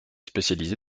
spécialisée